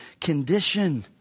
condition